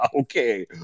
okay